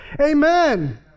Amen